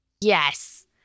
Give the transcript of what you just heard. Yes